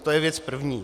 To je věc první.